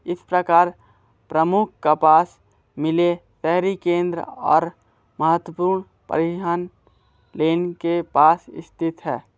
इस प्रकार प्रमुख कपास मिले शहरी केंद्र और महत्वपूर्ण परिवहन लेन के पास स्थित है